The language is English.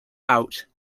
out